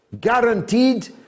guaranteed